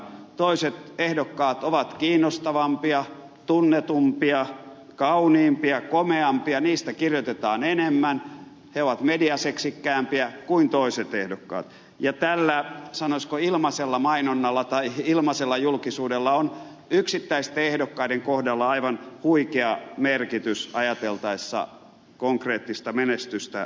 toiset ehdokkaat ovat kiinnostavampia tunnetumpia kauniimpia komeampia heistä kirjoitetaan enemmän he ovat mediaseksikkäämpiä kuin toiset ehdokkaat ja tällä sanoisiko ilmaisella mainonnalla tai ilmaisella julkisuudella on yksittäisten ehdokkaiden kohdalla aivan huikea merkitys ajateltaessa konkreettista menestystä erilaisissa vaaleissa